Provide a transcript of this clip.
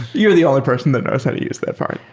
you're the only person that knows how to use that part